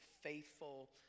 faithful